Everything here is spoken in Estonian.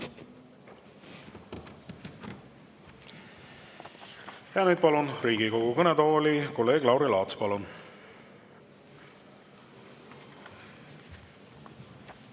Nüüd palun Riigikogu kõnetooli kolleeg Lauri Laatsi. Palun!